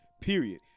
Period